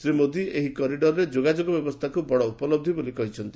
ଶ୍ରୀ ମୋଦି ଏହି କରିଡର୍ରେ ଯୋଗାଯୋଗ ବ୍ୟବସ୍ଥାକୁ ବଡ଼ ଉପଲହ୍ଧବ ବୋଲି କହିଛନ୍ତି